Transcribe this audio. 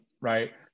Right